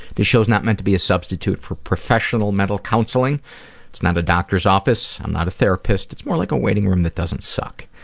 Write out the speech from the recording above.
this show is not meant to be a substitute for professional mental counseling it's not a doctor's office, i'm not a therapist, it's more like a waiting room that doesn't suck.